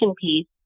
piece